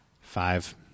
Five